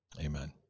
Amen